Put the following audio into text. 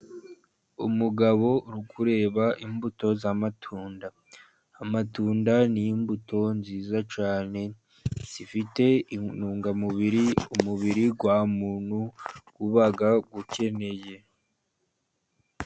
Umugabo uri kureba imbuto z'amatunda, amatunda n'imbuto nziza cyane zifite intungamubiri, umubiri wa muntu uba ukeneye.